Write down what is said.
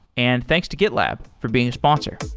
and thanks to gitlab for being a sponsor.